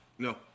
No